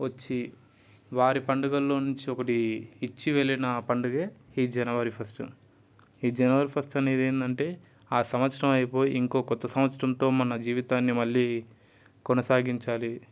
వచ్చి వారి పండుగలో నుంచి ఒకటి ఇచ్చి వెళ్ళిన ఆ పండుగ ఈ జనవరి ఫస్ట్ ఈ జనవరి ఫస్ట్ అనేది ఏంటంటే ఆ సంవత్సరం అయిపోయి ఇంకో కొత్త సంవత్సరంతో మన జీవితాన్ని మళ్ళీ కొనసాగించాలి